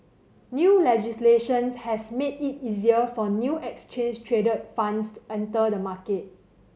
new legislation has made it easier for new exchange traded funds to enter the market